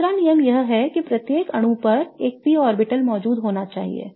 दूसरा नियम यह है कि प्रत्येक परमाणु पर एक p ऑर्बिटल मौजूद होना चाहिए